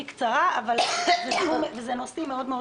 בקצרה, אבל אלו נושאים חשובים מאוד.